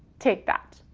take that,